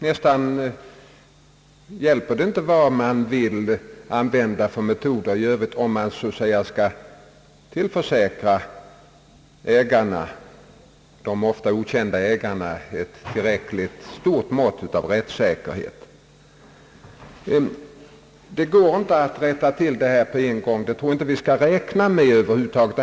Då hjälper det nästan inte vilka metoder man i övrigt vill använda för att så att säga tillförsäkra de ofta okända ägarna ett tillräckligt stort mått av rättssäkerhet. Jag tror inte att man alls skall räkna med att detta kan rättas till på en gång.